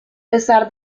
pesar